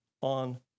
on